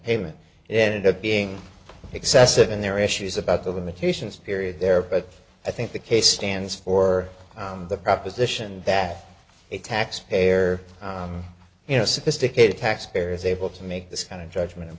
payment it ended up being excessive and there are issues about the limitations period there but i think the case stands for the proposition that a taxpayer you know sophisticated taxpayer is able to make this kind of judgment and